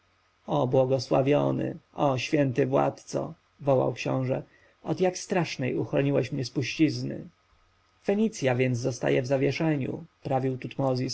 błogosławiony o święty władco wołał książę od jak strasznej uchroniłeś mnie spuścizny fenicja więc zostaje w zawieszeniu prawił tutmozis